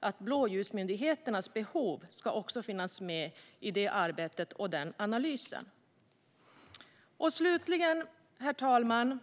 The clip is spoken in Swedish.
att blåljusmyndigheternas behov självfallet ska finnas med i det arbetet och i den analysen. Slutligen, herr talman!